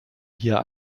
hier